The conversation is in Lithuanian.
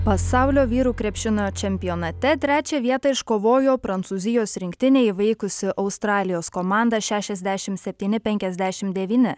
pasaulio vyrų krepšinio čempionate trečią vietą iškovojo prancūzijos rinktinė įveikusi australijos komandą šešiasdešimt septyni penkiasdešimt devyni